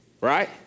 right